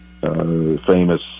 famous